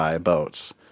boats